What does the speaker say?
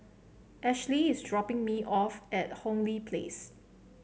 Ashlea is dropping me off at Hong Lee Place